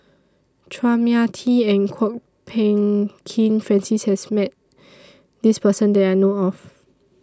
Chua Mia Tee and Kwok Peng Kin Francis has Met This Person that I know of